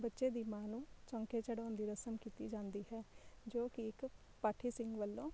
ਬੱਚੇ ਦੀ ਮਾਂ ਨੂੰ ਚੌਂਕੇ ਚੜ੍ਹਾਉਣ ਦੀ ਰਸਮ ਕੀਤੀ ਜਾਂਦੀ ਹੈ ਜੋ ਕਿ ਇੱਕ ਪਾਠੀ ਸਿੰਘ ਵੱਲੋਂ